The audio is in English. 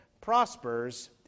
prospers